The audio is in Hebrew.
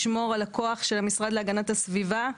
לשמור על הכוח של המשרד להגנת הסביבה.